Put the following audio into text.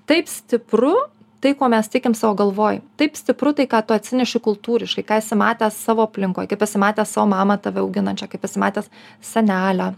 taip stipru tai kuo mes tikim savo galvoj taip stipru tai ką tu atsineši kultūriškai ką esi matęs savo aplinkoj kaip esi matęs savo mamą tave auginančią kaip esi matęs senelę